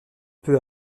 peu